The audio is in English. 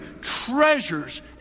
treasures